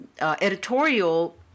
editorial